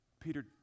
Peter